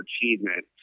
achievement